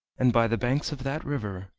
and by the banks of that river,